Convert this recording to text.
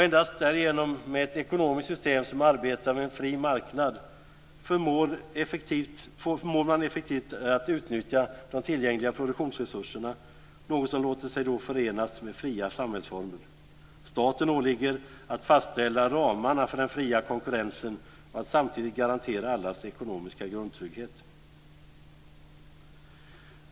Endast genom ett ekonomiskt system som arbetar med fri marknad förmår man effektivt utnyttja de tillgängliga produktionsresurserna, något som låter sig förenas med fria samhällsformer. Det åligger staten att fastställa ramarna för den fria konkurrensen, men att samtidigt garantera allas ekonomiska grundtrygghet.